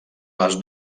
les